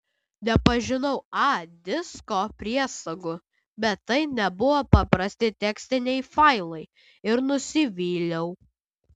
nepažinau a disko priesagų bet tai nebuvo paprasti tekstiniai failai ir nusivyliau